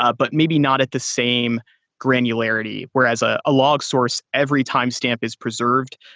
ah but maybe not at the same granularity, whereas a ah log source, every timestamp is preserved.